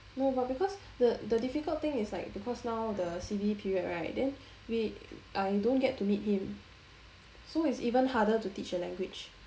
no but because the the difficult thing is like because now the C_B period right then we I don't get to meet him so it's even harder to teach a language